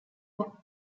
kong